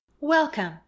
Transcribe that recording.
Welcome